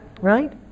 Right